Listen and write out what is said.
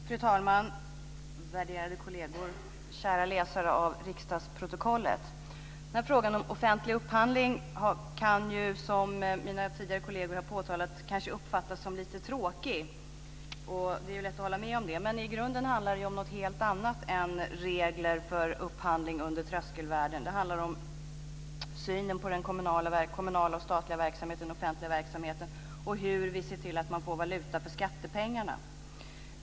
Fru talman! Värderade kolleger! Kära läsare av riksdagsprotokollet! Frågan om offentlig upphandling kan ju, som mina kolleger tidigare har påtalat, kanske uppfattas som lite tråkig. Det är lätt att hålla med om det. Men i grunden handlar det om något helt annat än regler för upphandling under tröskelvärden. Det handlar om synen på den kommunala och statliga verksamheten, den offentliga verksamheten. Det handlar om hur vi ser till att man får valuta för skattepengarna.